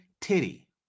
titty